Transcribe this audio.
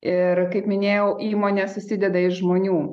ir kaip minėjau įmonė susideda iš žmonių